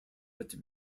but